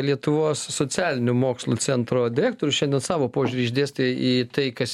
lietuvos socialinių mokslų centro direktorius šiandien savo požiūrį išdėstė į tai kas